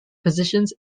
positions